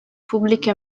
pubbliche